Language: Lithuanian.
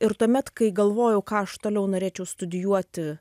ir tuomet kai galvojau ką aš toliau norėčiau studijuoti